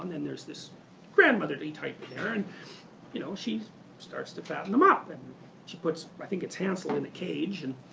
then there's this grandmotherly type there and you know she starts to fatten them up. she puts, i think it's hansel, in a cage. and